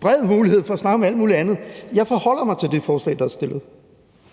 bred mulighed for at snakke om alt muligt andet. Jeg forholder mig til det forslag, der er fremsat: